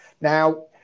Now